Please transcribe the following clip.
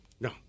no